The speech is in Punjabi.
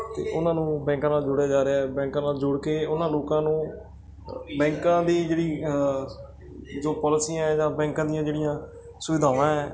ਅਤੇ ਉਹਨਾਂ ਨੂੰ ਬੈਂਕਾਂ ਨਾਲ ਜੋੜਿਆ ਜਾ ਰਿਹਾ ਬੈਂਕਾਂ ਨਾਲ ਜੋੜ ਕੇ ਉਹਨਾਂ ਲੋਕਾਂ ਨੂੰ ਬੈਂਕਾਂ ਦੀ ਜਿਹੜੀਆਂ ਜੋ ਪੋਲਸੀਆਂ ਜਾਂ ਬੈਂਕਾਂ ਦੀਆਂ ਜਿਹੜੀਆਂ ਸੁਵਿਧਾਵਾਂ ਹੈ